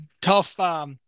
tough